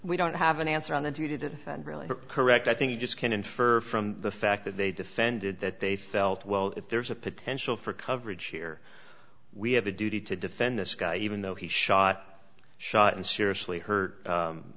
we don't have an answer on the do to defend really correct i think you just can infer from the fact that they defended that they felt well if there's a potential for coverage here we have a duty to defend this guy even though he shot shot and seriously hurt